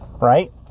Right